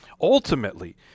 Ultimately